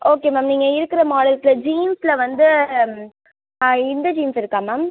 okay ma'am நீங்கள் இருக்கிற மாடல்ஸ்ல ஜீன்ஸ்ல வந்து இந்த ஜீன்ஸ் இருக்கா மேம்